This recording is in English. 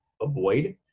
avoid